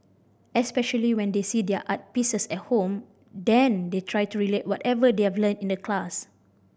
especially when they see their art pieces at home then they try to relate whatever they have learnt in the class